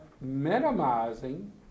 minimizing